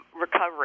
recovery